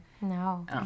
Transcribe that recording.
No